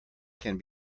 can